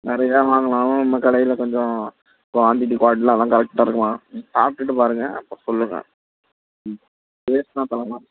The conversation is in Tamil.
நிறையா வாங்கலாம் நம்ம கடையில் கொஞ்சம் குவான்டிட்டி குவாலிட்டிலாம் கரெக்டா இருக்கும்மா சாப்பிட்டுட்டு பாருங்க அப்புறம் சொல்லுங்கள் ம் டேஸ்ட்லாம் சொல்லுங்கம்மா